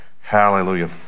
hallelujah